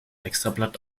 extrablatt